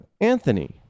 Anthony